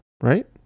right